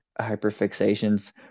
hyperfixations